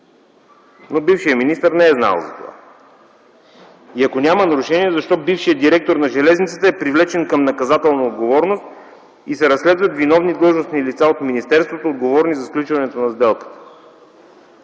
Но бившият министър не е знаел за това. Ако няма нарушения, защо бившият директор на железниците е привлечен към наказателна отговорност и се разследват виновни длъжностни лица от министерството, отговорни за сключването на сделката?